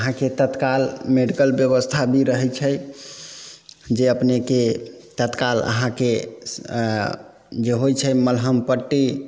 अहाँके तत्काल मेडिकल व्यवस्था भी रहै छै जे अपनेके तत्काल अहाँके अऽ जे होइ छै मलहम पट्टी